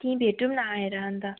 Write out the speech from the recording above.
त्यहीँ भेटौँ न आएर अन्त